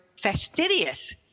fastidious